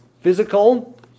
physical